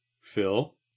Phil